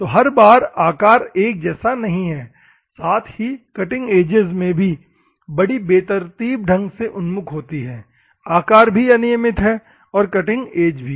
तो हर बार आकार एक जैसा नहीं है साथ ही कटिंग एजेस में भी बड़ी बेतरतीब ढंग से उन्मुख होती है आकर भी अनियमित हैं और कटिंग एज भी